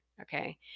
Okay